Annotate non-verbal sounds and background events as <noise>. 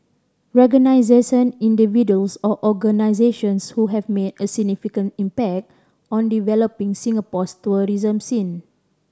<unintelligible> individuals or organisations who have made a significant impact on developing Singapore's tourism scene